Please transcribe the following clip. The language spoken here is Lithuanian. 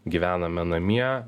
gyvename namie